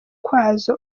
kwazo